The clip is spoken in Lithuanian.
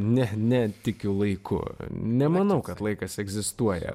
ne ne tikiu laiku nemanau kad laikas egzistuoja